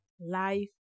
life